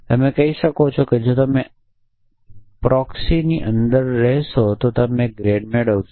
તમે કહી શકો કે જો તમે પ્રોક્સીની અંદર રહેશો તો તમે ગ્રેડ મેળવશો